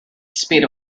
speed